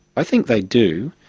i think they do,